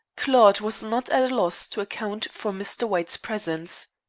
claude was not at a loss to account for mr. white's presence.